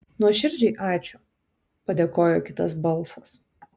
nuoširdžiai ačiū padėkojo kitas balsas